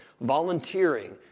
Volunteering